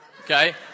Okay